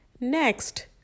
Next